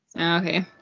Okay